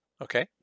okay